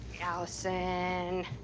Allison